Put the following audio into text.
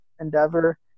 endeavor